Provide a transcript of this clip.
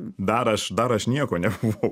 dar aš dar aš nieko nebuvau